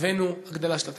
הבאנו הגדלה של התקציב.